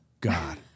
God